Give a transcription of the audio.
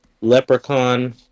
Leprechaun